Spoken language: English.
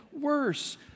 worse